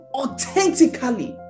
authentically